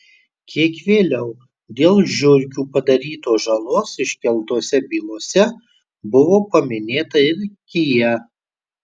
kiek vėliau dėl žiurkių padarytos žalos iškeltose bylose buvo paminėta ir kia